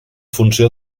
funció